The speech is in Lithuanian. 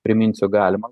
priminsiu galima